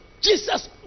Jesus